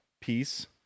piece